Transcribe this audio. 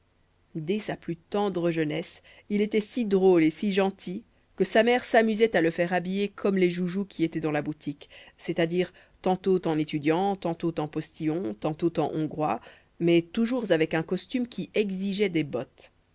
dès sa plus tendre jeunesse il était si drôle et si gentil que sa mère s'amusait à le faire habiller comme les joujoux qui étaient dans la boutique c'est-à-dire tantôt en étudiant tantôt en postillon tantôt en hongrois mais toujours avec un costume qui exigeait des bottes